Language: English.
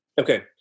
Okay